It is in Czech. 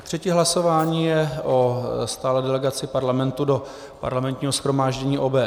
Třetí hlasování je o stálé delegaci Parlamentu do Parlamentního shromáždění OBSE.